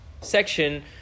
section